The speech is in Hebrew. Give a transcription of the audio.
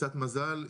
קצת מזל,